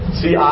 see